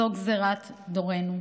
זו גזרת דורנו,